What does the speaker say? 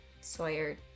Sawyer